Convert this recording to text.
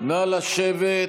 נא לשבת.